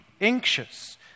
anxious